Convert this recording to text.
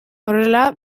horrela